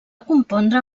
compondre